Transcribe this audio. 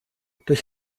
durch